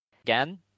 again